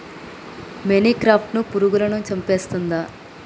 మొనిక్రప్టస్ పురుగులను చంపేస్తుందా?